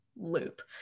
loop